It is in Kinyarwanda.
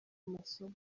amasomo